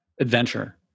adventure